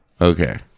Okay